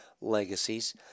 legacies